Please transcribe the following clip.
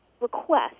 request